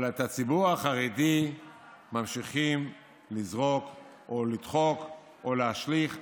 אבל את הציבור החרדי ממשיכים לזרוק או לדחוק או להשליך החוצה.